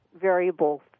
variable